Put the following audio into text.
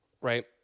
Right